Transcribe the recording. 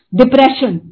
depression